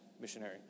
missionary